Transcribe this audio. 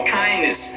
kindness